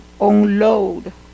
unload